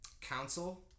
council